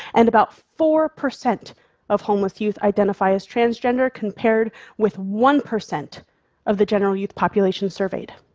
and about four percent of homeless youth identify as transgender, compared with one percent of the general youth population surveyed.